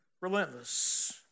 relentless